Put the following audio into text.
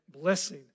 blessing